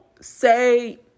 say